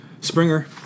Springer